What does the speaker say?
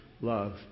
love